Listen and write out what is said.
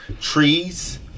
Trees